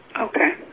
Okay